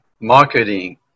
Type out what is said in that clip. marketing